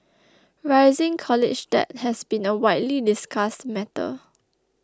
rising college debt has been a widely discussed matter